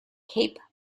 cape